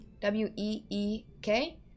W-E-E-K